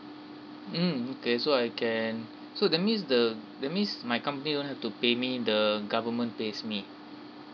mm okay so I can so that means the that means my company won't have to pay me the government pays me